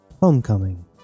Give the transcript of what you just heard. Homecoming